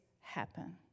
happen